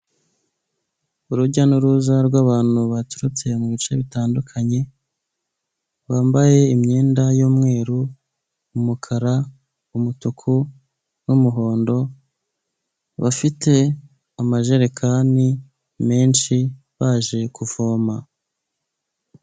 Urujya n'uruza rw'abantu baturutse mu bice bitandukanye bambaye imyenda y'umweru, umukara, umutuku n'umuhondo, bafite amajerekani menshi baje kuvoma.